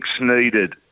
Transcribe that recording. needed